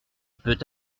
peut